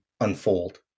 unfold